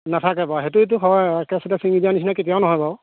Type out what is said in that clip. নাথাকে বাৰু সেইটোৱেতো হয় একেচাতে ছিঙি দিয়াৰ নিচিনা কেতিয়াও নহয় বাৰু